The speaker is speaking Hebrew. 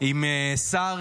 עם שר